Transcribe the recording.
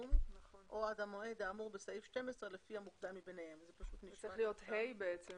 היא כאילו עושה את זה לפי איזה פרוטוקול וצריך להחליט איזה שירות